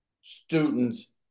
students